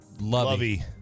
Lovey